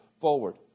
forward